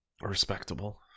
Respectable